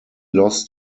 lost